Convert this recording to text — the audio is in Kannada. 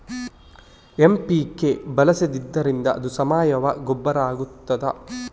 ಎಂ.ಪಿ.ಕೆ ಬಳಸಿದ್ದರಿಂದ ಅದು ಸಾವಯವ ಗೊಬ್ಬರ ಆಗ್ತದ?